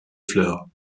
fleurs